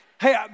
hey